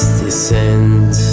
descend